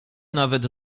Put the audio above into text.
nawet